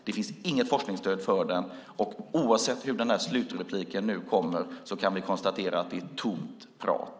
Det finns inget forskningsstöd för den. Och oavsett hur slutrepliken nu kommer att låta kan vi konstatera att det är tomt prat.